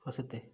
ହଁ ସେତିକି